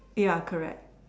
ya correct